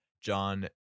john